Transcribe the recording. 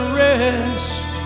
rest